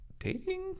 Dating